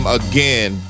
again